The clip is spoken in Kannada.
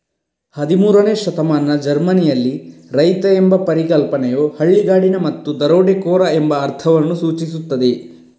ಹದಿಮೂರನೇ ಶತಮಾನದ ಜರ್ಮನಿಯಲ್ಲಿ, ರೈತ ಎಂಬ ಪರಿಕಲ್ಪನೆಯು ಹಳ್ಳಿಗಾಡಿನ ಮತ್ತು ದರೋಡೆಕೋರ ಎಂಬ ಅರ್ಥವನ್ನು ಸೂಚಿಸುತ್ತದೆ